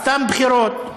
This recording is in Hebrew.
סתם בחירות?